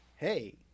hey